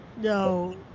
No